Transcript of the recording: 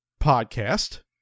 podcast